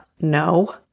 no